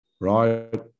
right